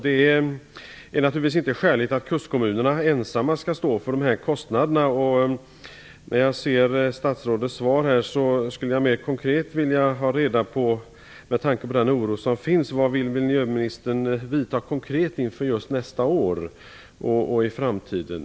Det är inte skäligt att kustkommunerna ensamma skall stå för dessa kostnader. Efter att ha hört statsrådets svar skulle jag mera konkret vilja ha reda på - med tanke på den oro som finns - vilka konkreta åtgärder miljöministern vill vidta inför nästa år och i framtiden.